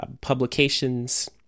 publications